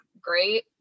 great